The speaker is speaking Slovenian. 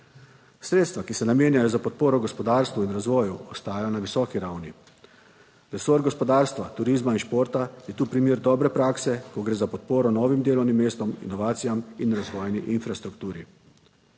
Sredstva, ki se namenjajo za podporo gospodarstvu in razvoju, ostajajo na visoki ravni. Resor gospodarstva, turizma in športa je tu primer dobre prakse, ko gre za podporo novim delovnim mestom, inovacijam in razvojni infrastrukturi.